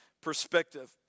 perspective